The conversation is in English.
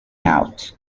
out